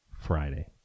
Friday